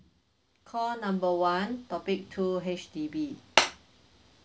call number one topic two H_D_B